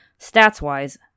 Stats-wise